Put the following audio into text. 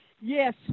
Yes